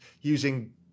using